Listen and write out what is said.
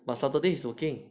but saturday he's working